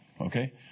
Okay